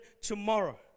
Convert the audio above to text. tomorrow